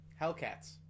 Hellcats